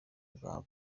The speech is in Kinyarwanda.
bwa